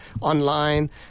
online